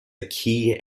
key